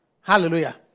Hallelujah